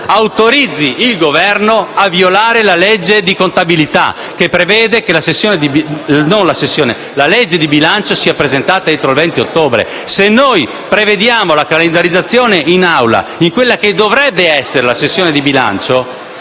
autorizzi il Governo a violare la legge di contabilità, che prevede che la legge di bilancio sia presentata entro il 20 ottobre. Se prevediamo la calendarizzazione in Assemblea di quella che dovrebbe essere la sessione di bilancio